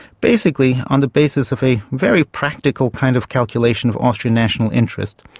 basically on the basis of a very practical kind of calculation of austrian national interest,